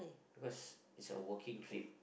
because is a working trip